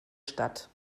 statt